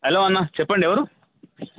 hello అన్నా చెప్పండి ఎవరు